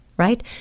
right